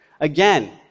Again